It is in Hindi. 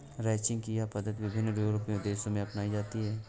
रैंचिंग की यह पद्धति विभिन्न यूरोपीय देशों में अपनाई जाती है